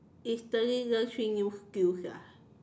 instantly learn three new skills ah